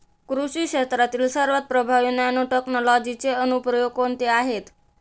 कृषी क्षेत्रातील सर्वात प्रभावी नॅनोटेक्नॉलॉजीचे अनुप्रयोग कोणते आहेत?